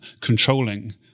controlling